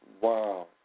wow